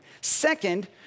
Second